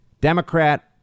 Democrat